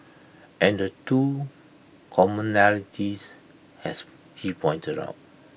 and the two commonalities as he pointed out